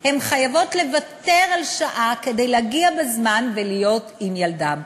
הן חייבות לוותר על שעה כדי להגיע בזמן ולהיות עם ילדם.